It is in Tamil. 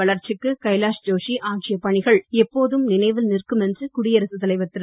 வளர்ச்சிக்கு கைலாஷ் ஜோஷி ஆற்றிய பணிகள் எப்போதும் நினைவில் நிற்கும் என்று குடியரசுத் தலைவர் திரு